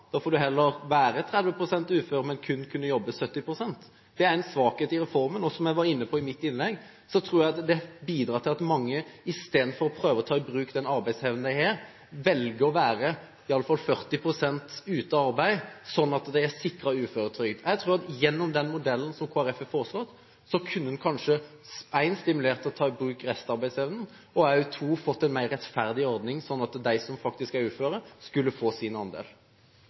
da får du heller være 30 pst. ufør, men kunne jobbe kun 70 pst. Det er en svakhet i reformen. Som jeg var inne på i mitt innlegg, tror jeg det bidrar til at mange – i stedet for å prøve å ta i bruk den arbeidsevnen de har – velger å være i alle fall 40 pst. ute av arbeid, sånn at de er sikret uføretrygd. Jeg tror at gjennom den modellen Kristelig Folkeparti har foreslått, kunne en kanskje for det første ha stimulert til å ta i bruk restarbeidsevnen, og for det andre ha fått en mer rettferdig ordning, sånn at de som faktisk er uføre, får sin andel.